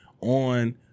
on